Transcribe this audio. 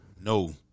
No